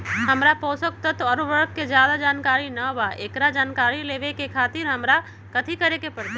हमरा पोषक तत्व और उर्वरक के ज्यादा जानकारी ना बा एकरा जानकारी लेवे के खातिर हमरा कथी करे के पड़ी?